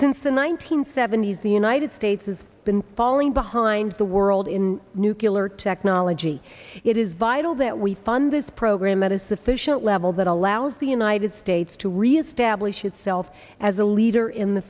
since the one nine hundred seventy s the united states has been falling behind the world in nucular technology it is vital that we fund this program at a sufficient level that allows the united states to reestablish itself as a leader in the